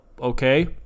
okay